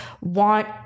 want